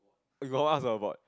we got one also abort